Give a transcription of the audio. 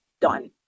done